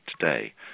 today